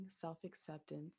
self-acceptance